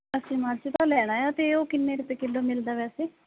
ਅਸੀਂ ਮੱਝ ਦਾ ਲੈਣਾ ਆ ਅਤੇ ਉਹ ਕਿੰਨੇ ਰੁਪਏ ਕਿੱਲੋ ਮਿਲਦਾ ਵੈਸੇ